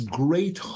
great